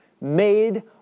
made